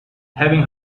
having